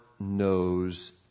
knows